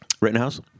Rittenhouse